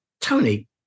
Tony